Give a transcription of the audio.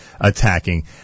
attacking